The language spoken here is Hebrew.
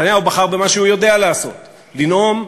נתניהו בחר במה שהוא יודע לעשות: לנאום,